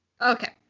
Okay